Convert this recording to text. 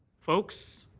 folks,